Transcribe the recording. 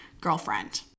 girlfriend